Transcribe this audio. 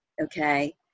Okay